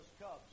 cubs